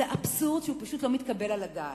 זה אבסורד שהוא פשוט לא מתקבל על הדעת.